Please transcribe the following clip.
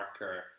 marker